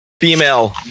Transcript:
female